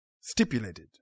stipulated